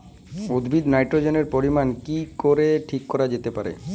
উদ্ভিদে নাইট্রোজেনের পরিমাণ কি করে ঠিক রাখা যেতে পারে?